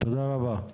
תודה רבה.